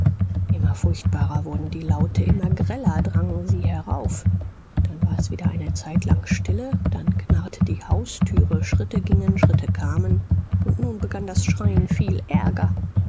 immer furchtbarer wurden die laute immer greller drangen sie herauf dann war es wieder eine zeitlang stille dann knarrte die haustüre schritte gingen schritte kamen und nun begann das schreien viel ärger